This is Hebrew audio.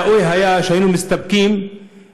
לכן מן הראוי היה שהיינו מסתפקים בציון